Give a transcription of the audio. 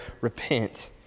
repent